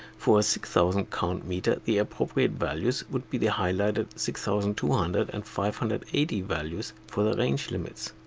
for a six thousand count meter the appropriate values would be the highlighted six thousand two ah hundred and five hundred and eighty values for the range limits.